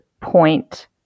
point